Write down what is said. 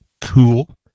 cool